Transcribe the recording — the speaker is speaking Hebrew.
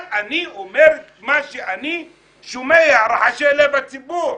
אבל אני אומר את מה שאני שומע, רחשי לב הציבור.